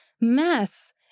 mess